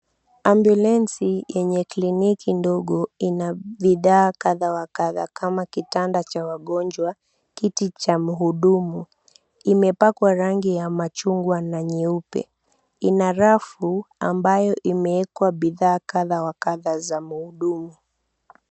Ambulensi yenye kliniki ndogo ina bidhaaa kadha wa kadhaa kama kitanda cha wagonjwa, kiti cha mhudumu. Imepakwa rangi ya machungua na nyeupe. Ina rafu ambayo imewekwa bidhaa kadha wa kadha za mhudumu.